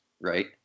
right